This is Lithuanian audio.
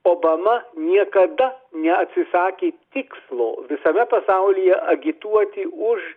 obama niekada neatsisakė tikslo visame pasaulyje agituoti už